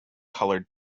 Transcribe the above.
colored